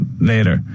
later